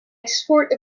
export